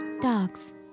dogs